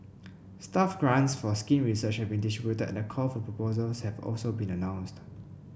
staff grants for skin research have been distributed and a call for proposals has been announced